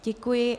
Děkuji.